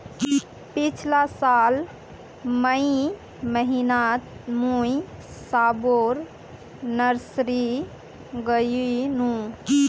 पिछला साल मई महीनातमुई सबोर नर्सरी गायेनू